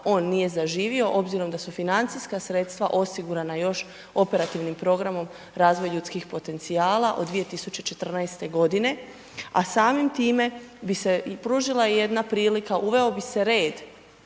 on nije zaživio, obzirom da su financijska sredstva osigurana još operativnim programom razvoja ljudskih potencijala od 2014. g. a samim time, bi se pružila jedna prilika, uveo bi se red